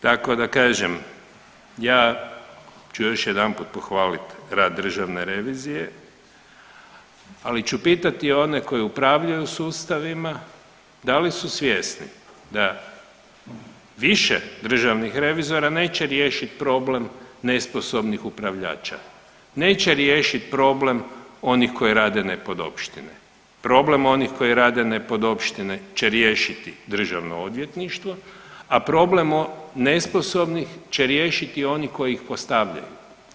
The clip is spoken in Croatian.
Tako da kažem, ja ću još jedanput pohvalit rad državne revizije, ali ću pitati one koji upravljaju sustavima da li su svjesni da više državnih revizora neće riješit problem nesposobnih upravljača, neće riješit problem onih koji rade nepodopštine, problem onih koji rade nepodopštine će riješiti državno odvjetništvo, a problem nesposobnih će riješiti oni koji ih postavljaju.